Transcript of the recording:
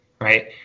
Right